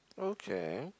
okay